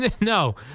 no